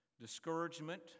discouragement